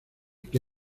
que